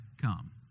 come